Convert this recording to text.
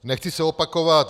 Nechci se opakovat.